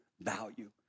value